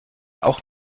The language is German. auch